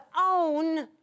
own